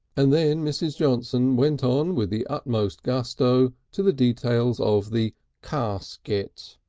and then mrs. johnson went on with the utmost gusto to the details of the casket,